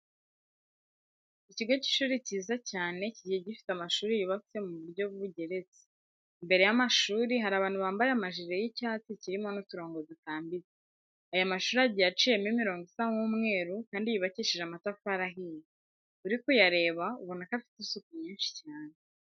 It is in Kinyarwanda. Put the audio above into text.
Ikigo cy'ishuri cyiza cyane kigiye gifite amashuri yubatse mu buryo bugeretse. Imbere y'amashuri hari abantu bambaye amajire y'icyatsi kirimo n'uturongo dutambitse. Aya mashuri agiye aciyemo imirongo isa nk'umweru kandi yubakishije amatafari ahiye. Uri kuyareba ubona ko afite isuku nyinshi cyane.